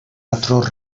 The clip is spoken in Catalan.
patró